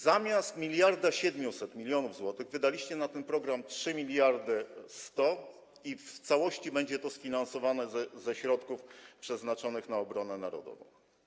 Zamiast 1700 mln zł wydaliście na ten program 3 mld 100 i w całości będzie to sfinansowane ze środków przeznaczonych na obronę narodową.